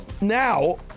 Now